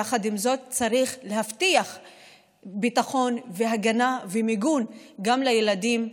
יחד עם זאת צריך להבטיח ביטחון והגנה ומיגון גם לילדים,